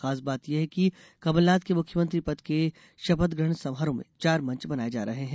खास बात यह है कि कमलनाथ के मुख्यमंत्री पद के शपथ ग्रहण समारोह में चार मंच बनाये जा रहे हैं